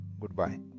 goodbye